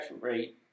rate